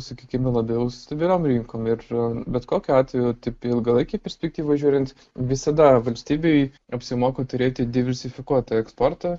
sakykime labiau su stabiliom rinkom ir bet kokiu atveju taip ilgalaikėj perspektyvoj žiūrint visada valstybei apsimoka turėti diversifikuotą eksportą